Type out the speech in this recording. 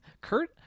Kurt